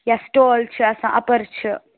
یا سِٹول چھِ آسان اَپَر چھِ